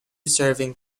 serving